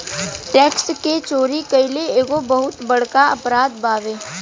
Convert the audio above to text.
tax के चोरी कईल एगो बहुत बड़का अपराध बावे